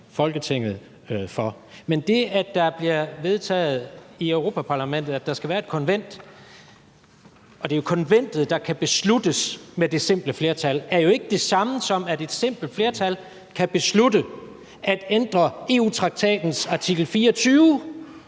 Folketinget for. Men det, at det bliver vedtaget i Europa-Parlamentet, at der skal være et konvent – og det er jo konventet, der kan besluttes med det simple flertal – er jo ikke det samme som, at et simpelt flertal kan beslutte at ændre EU-traktatens artikel 24,